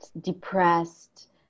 depressed